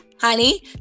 Honey